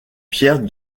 pierre